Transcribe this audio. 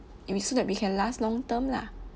it'll be so that we can last long-term lah